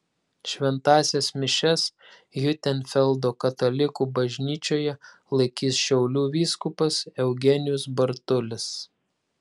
šventąsias mišias hiutenfeldo katalikų bažnyčioje laikys šiaulių vyskupas eugenijus bartulis